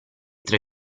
tre